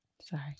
Sorry